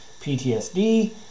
PTSD